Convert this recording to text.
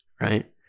right